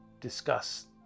discuss